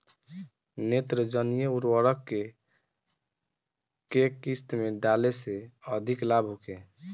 नेत्रजनीय उर्वरक के केय किस्त में डाले से अधिक लाभ होखे?